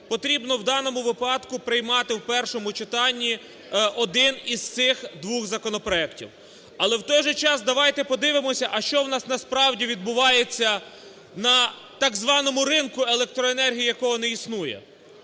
потрібно в даному випадку приймати в першому читанні один із цих двох законопроектів. Але, в той же час, давайте подивимося, а що у нас насправді відбувається на так званому ринку електроенергії, якого не існує.